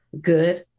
good